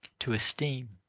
to esteem